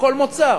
בכל מוצר,